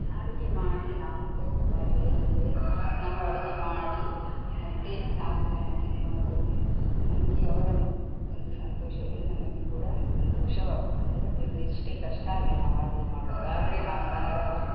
ಅಡುಗೆ ಮಾಡಿ ನಾವು ಕಲಿತ ಪಾಠ ಏನೆಂದರೆ ನಾವು ಅಡುಗೆ ಮಾಡಿ ಮತ್ತು ನಾಲ್ಕು ಜನ ತಿನ್ನುವಾಗ ಅದು ನಮಗೆ ಅವರನ್ನು ಒಂದು ಸಂತೋಷವೇ ನಮಗೆ ಕೂಡ ಸಂತೋಷವಾಗುತ್ತದೆ ಯಾಕೆಂದರೆ ಎಷ್ಟೇ ಕಷ್ಟ ಆಗಲಿ ನಾವು ಅಡುಗೆ ಮಾಡುವಾಗ ಆದರೆ ನಾವು ಯಾರಾದ್ರು